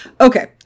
Okay